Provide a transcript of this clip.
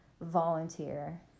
volunteer